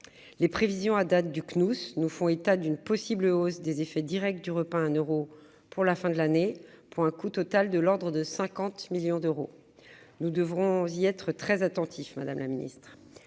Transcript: et scolaires (Cnous) font état d'une possible hausse des effets directs du repas à un euro pour la fin de l'année, le coût total étant de l'ordre de 50 millions d'euros- nous devrons y être très attentifs, madame la ministre.